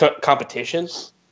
competitions